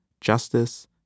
justice